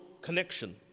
connection